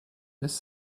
miss